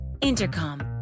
Intercom